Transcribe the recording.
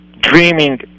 dreaming